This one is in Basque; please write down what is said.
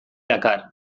dakar